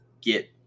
get